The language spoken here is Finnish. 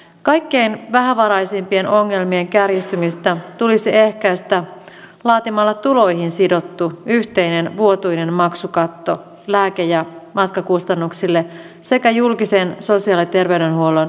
kaikkein vähävaraisimpien ongelmien kärjistymistä tulisi ehkäistä laatimalla tuloihin sidottu yhteinen vuotuinen maksukatto lääke ja matkakustannuksille sekä julkisen sosiaali ja terveydenhuollon asiakasmaksuille